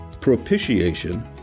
propitiation